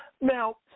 Now